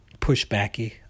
pushbacky